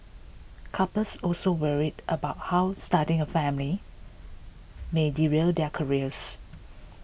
couples also worry about how starting a family may derail their careers